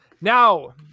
Now